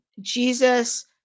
Jesus